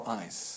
eyes